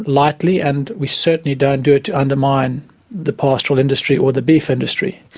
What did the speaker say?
lightly and we certainly don't do it to undermine the pastoral industry or the beef industry.